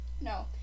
No